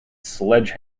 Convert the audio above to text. sledge